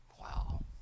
Wow